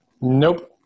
Nope